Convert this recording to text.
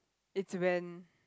it's when